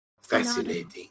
Fascinating